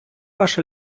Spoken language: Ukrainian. ваш